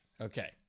Okay